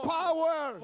power